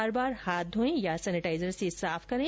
बार बार हाथ धोएं या सेनेटाइजर से साफ करें